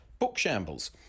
Bookshambles